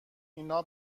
اینا